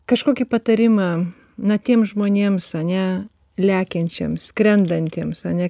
kažkokį patarimą na tiems žmonėms ane lekiančiam skrendantiems ane